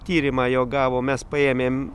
tyrimą jo gavom mes paėmėm